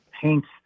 paints